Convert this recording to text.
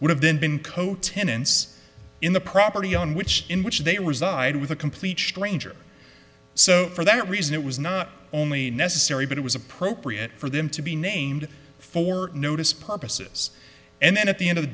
would have then been co tenants in the property on which in which they reside with a complete stranger so for that reason it was not only necessary but it was appropriate for them to be named for notice purposes and then at the end of the